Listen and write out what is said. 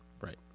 Right